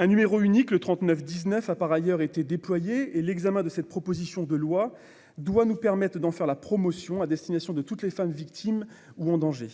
Un numéro unique, le 3919, a par ailleurs été déployé, et l'examen de cette proposition de loi doit nous permettre d'en faire la promotion à destination de toutes les femmes victimes ou en danger.